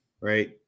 right